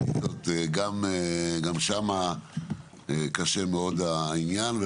וגם שם קשה מאוד העניין.